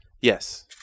Yes